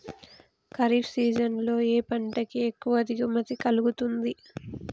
Kharif season లో ఏ పంట కి ఎక్కువ దిగుమతి కలుగుతుంది?